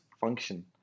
function